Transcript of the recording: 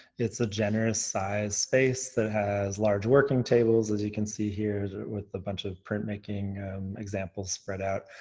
it's a generous size space that has large working tables as you can see here with a bunch of printmaking examples spread out.